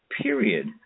period